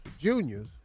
Juniors